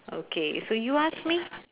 okay so you ask me